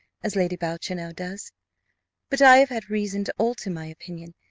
as lady boucher now does but i have had reason to alter my opinion,